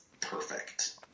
perfect